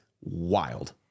wild